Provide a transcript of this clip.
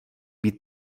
být